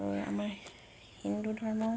আৰু আমাৰ হিন্দু ধৰ্ম